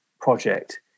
project